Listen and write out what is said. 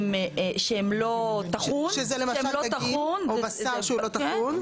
שהם לא טחון --- שזה למשל דגים או בשר שהוא לא טחון.